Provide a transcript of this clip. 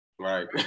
right